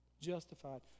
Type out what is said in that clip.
Justified